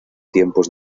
tiempos